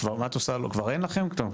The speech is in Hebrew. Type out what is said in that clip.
כבר אין לכם?